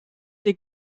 the